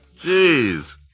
Jeez